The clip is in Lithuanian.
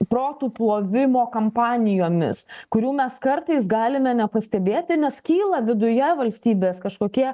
protų plovimo kampanijomis kurių mes kartais galime nepastebėti nes kyla viduje valstybės kažkokie